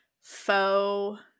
faux